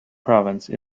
province